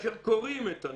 וכאשר קוראים את הנוסח,